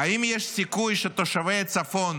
האם יש סיכוי שתושבי הצפון